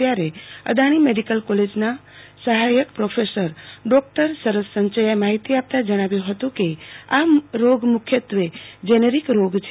ત્યારે અદાણી મડીકલ કોલજના સહાયક પ્રોફેસર ડોકટર સરસ સંચયાએ માહિતી આપતા જણાવ્યું હતું કે આ મુખ્યત્વે જેનરોક રોય છે